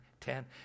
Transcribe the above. ten